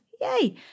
yay